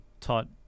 taught